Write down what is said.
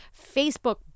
Facebook